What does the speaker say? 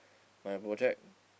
my project